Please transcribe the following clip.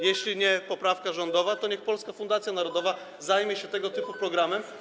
Jeśli nie ta poprawka, to niech Polska Fundacja Narodowa zajmie się tego typu programem.